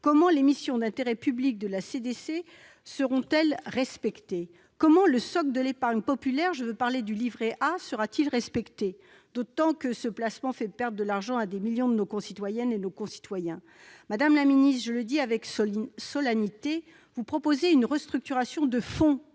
Comment les missions d'intérêt public de la CDC seront-elles respectées ? Comment le socle de l'épargne populaire, le livret A, sera-t-il respecté, alors que ce placement fait perdre de l'argent à des millions de nos concitoyens ? Madame la secrétaire d'État, je le dis avec solennité, vous proposez une restructuration de fond